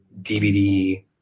DVD